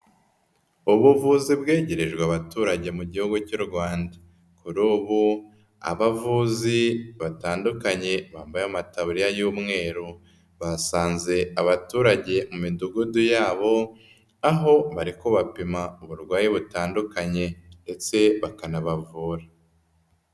Ubuvuzi bwegerejwe abaturage mu gihugu cy'u Rwanda. Kuri ubu, abavuzi batandukanye bambaye amatabariya y'umweru, basanze abaturage mu midugudu yabo aho bakubapima uburwayi butandukanye ndetse bakanabavura.